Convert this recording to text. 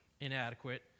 inadequate